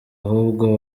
ahubwo